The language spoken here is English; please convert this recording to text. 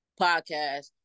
podcast